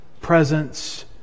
presence